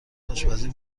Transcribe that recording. آشپزی